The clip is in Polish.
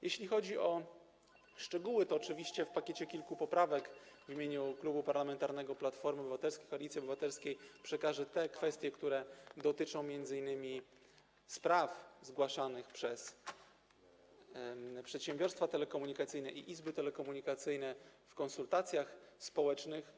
Jeśli chodzi o szczegóły, to oczywiście w pakiecie kilku poprawek w imieniu Klubu Parlamentarnego Platforma Obywatelska - Koalicja Obywatelska przekażę te uwagi, które dotyczą m.in. spraw zgłaszanych przez przedsiębiorstwa telekomunikacyjne i izby telekomunikacyjne w ramach konsultacji społecznych.